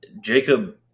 Jacob